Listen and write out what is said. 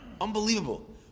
Unbelievable